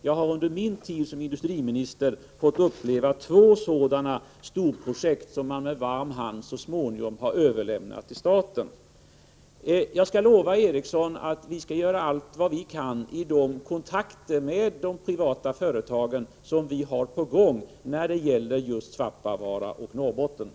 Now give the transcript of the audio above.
Jag har under min tid som industriminister fått uppleva att man på detta sätt med varm hand så småningom har överlämnat två sådana storprojekt till staten. Jag skall lova Per-Ola Eriksson att vi skall göra allt vad vi kan i de kontakter med de privata företagen som vi har på gång när det gäller just Norrbotten och Svappavaara.